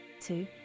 two